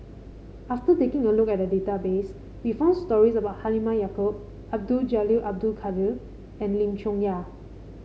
after taking a look at the database we found stories about Halimah Yacob Abdul Jalil Abdul Kadir and Lim Chong Yah